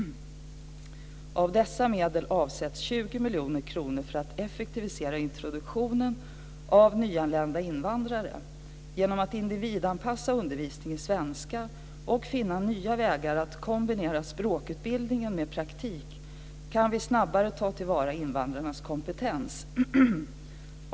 Av dessa medel avsätts 20 miljoner kronor för att effektivisera introduktionen av nyanlända invandrare. Genom att individanpassa undervisningen i svenska och finna nya vägar att kombinera språkutbildningen med praktik kan vi snabbare ta till vara invandrarnas kompetens.